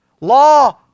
Law